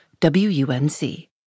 WUNC